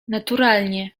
naturalnie